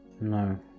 No